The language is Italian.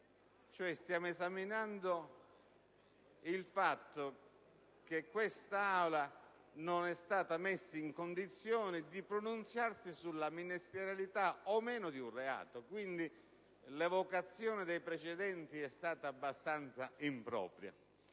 questione, cioè che quest'Aula non sia stata messa in condizione di pronunziarsi sulla ministerialità o meno di un reato. Dunque l'evocazione dei precedenti è stata abbastanza impropria.